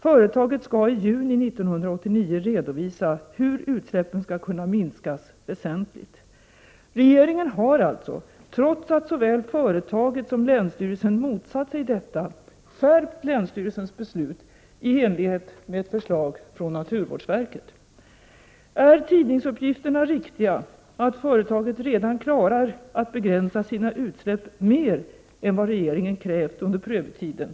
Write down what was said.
Företaget skall i juni 1989 redovisa hur utsläppen skall kunna minskas väsentligt. Regeringen har alltså — trots att såväl företaget som länsstyrelsen motsatt sig detta — skärpt länsstyrelsens beslut i enlighet med ett förslag från naturvårdsverket. Är tidningsuppgifterna riktiga att företaget redan klarar att begränsa sina utsläpp mera än vad regeringen krävt under prövotiden, och att en Prot.